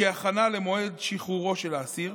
וכהכנה למועד שחרורו של האסיר,